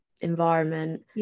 environment